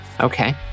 Okay